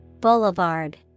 Boulevard